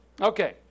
Okay